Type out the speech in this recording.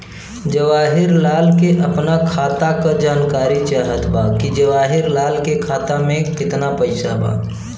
जवाहिर लाल के अपना खाता का जानकारी चाहत बा की जवाहिर लाल के खाता में कितना पैसा बा?